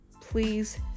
please